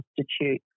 substitute